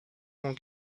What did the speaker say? won’t